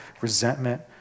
resentment